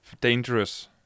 dangerous